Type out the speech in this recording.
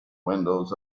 windows